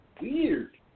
weird